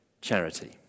charity